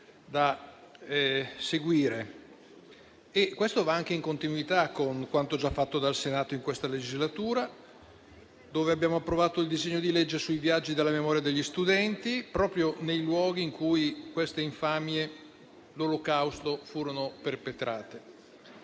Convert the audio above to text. da seguire. Ciò si pone anche in continuità con quanto già fatto dal Senato in questa legislatura, in cui abbiamo approvato il disegno di legge sui viaggi della memoria degli studenti proprio nei luoghi in cui queste infamie dell'Olocausto furono perpetrate.